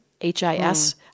H-I-S